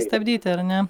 stabdyti ar ne